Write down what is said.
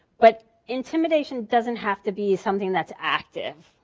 but intimidation doesn't have to be something that's active.